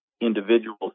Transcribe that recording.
individuals